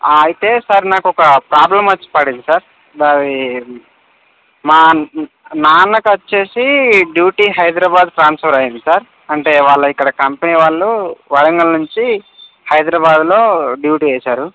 అయితే సార్ నాకు ఒక ప్రాబ్లం వచ్చి పడింది సార్ అది మా నాన్నకు వచ్చి డ్యూటీ హైదరాబాద్ ట్రాన్స్ఫర్ అయింది సార్ అంటే వాళ్ళ ఇక్కడ కంపెనీ వాళ్ళు వరంగల్ నుంచి హైదరాబాదులో డ్యూటీ వేసారు